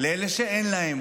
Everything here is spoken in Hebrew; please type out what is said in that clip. לאלה שאין להם.